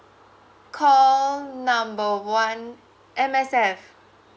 call number one M_S_F